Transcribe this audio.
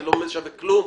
זה לא שווה כלום?